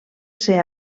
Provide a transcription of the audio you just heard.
ser